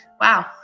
Wow